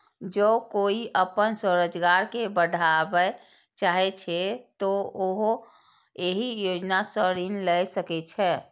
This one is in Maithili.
जौं कोइ अपन स्वरोजगार कें बढ़ाबय चाहै छै, तो उहो एहि योजना सं ऋण लए सकै छै